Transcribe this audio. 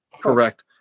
correct